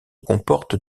comportent